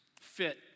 fit